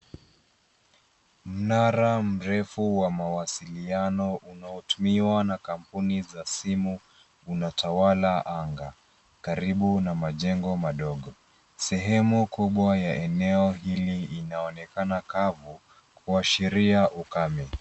Mnara mrefu wa mawasiliano unaotumiwa na kampuni za simu unatawala anga, karibu na majengo madogo. Sehemu kubwa ya eneo hili inaonekana kavu kuashiria ukame.